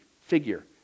figure